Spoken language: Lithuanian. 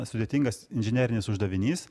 sudėtingas inžinerinis uždavinys